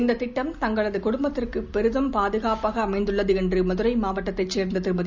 இந்த திட்டம் தங்களது குடும்பத்திற்கு பெரிதும் பாதுகாப்பாக அமைந்துள்ளது என்று மதுரை மாவட்டத்தைச் சேர்ந்த திருமதி